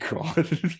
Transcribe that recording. god